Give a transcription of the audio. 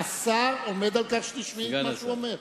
השר עומד על כך שתשמעי את מה שהוא אומר.